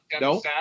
No